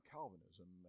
Calvinism